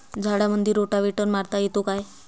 झाडामंदी रोटावेटर मारता येतो काय?